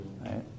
right